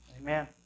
Amen